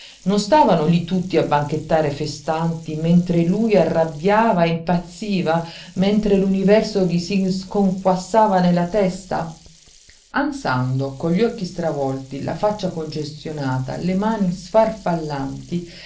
non stavano lí tutti a banchettare festanti mentre lui arrabbiava impazziva mentre l'universo gli si sconquassava nella testa ansando con gli occhi stravolti la faccia congestionata le mani sfarfallanti